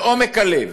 מעומק הלב.